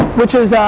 which is,